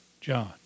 John